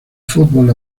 fútbol